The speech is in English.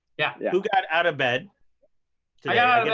yeah. who got out of bed today? ah yeah